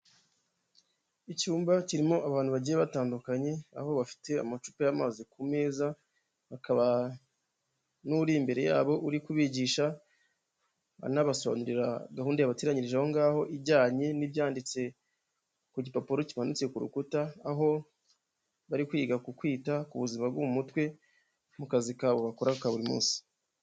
Icyumba kirimo abantu bagiye batandukanye, aho bafite amacupa y'amazi ku meza, hakaba n'uri imbere yabo uri kubigisha anabasobanurira gahunda yabateranyirije aho ngaho, ijyanye n'ibyanditse ku gipapuro kimanitse ku rukuta, aho bari kwiga ku kwita ku buzima bwo mu mutwe mu kazi kabo bakora ka buri munsi.